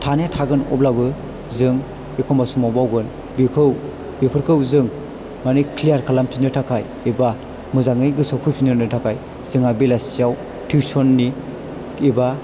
थानाया थागोन अब्लाबो जों एखमबा समाव बावगोन बेखौ बेफोरखौ जों माने क्लियार खालामफिन्नो थाखाय एबा मोजाङै गोसोआव फैफिनहोनो थाखाय जोंहा बेलासियाव टिउसन नि एबा